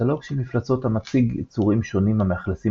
קטלוג של מפלצות המציג יצורים שונים המאכלסים